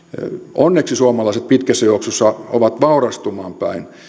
onneksi suomalaiset pitkässä juoksussa ovat vaurastumaan päin